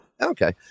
Okay